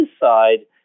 side